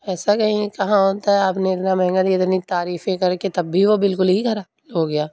ایسا کہیں کہاں ہوتا ہے آپ نے اتنا مہنگا دیا اتنی تعریفیں کر کے تب بھی وہ بالکل ہی خراب ہو گیا